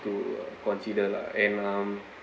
to consider lah and um